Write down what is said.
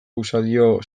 usadio